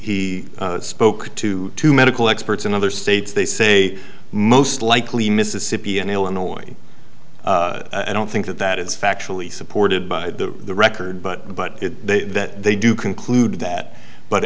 he spoke to two medical experts in other states they say most likely mississippi and illinois i don't think that that is factually supported by the record but but they that they do conclude that but